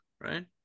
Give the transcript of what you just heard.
right